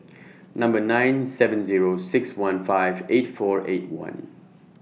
Number nine seven Zero six one five eight four eight one